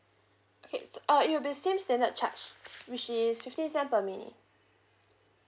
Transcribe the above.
okay s~ uh it will be same standard charge which is fifteen cent per minute